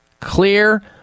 Clear